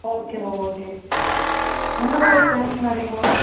okay ma'am okay எந்த மாதிரி ஸ்டேஷ்னரிங்க மேம்